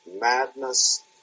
Madness